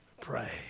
pray